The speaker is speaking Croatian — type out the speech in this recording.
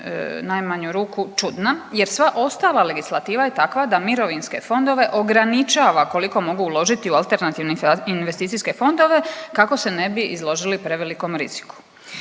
najmanju ruku čudna, jer sva ostala legislativa je takva da mirovinske fondove ograničava koliko mogu uložiti u alternativne investicijske fondove kako se ne bi izložili prevelikom riziku.